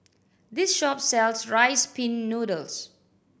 this shop sells Rice Pin Noodles